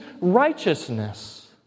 righteousness